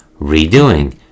redoing